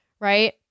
right